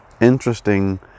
interesting